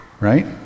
right